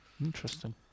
Interesting